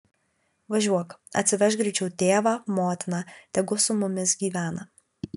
važiuok atsivežk greičiau tėvą motiną tegu su mumis gyvena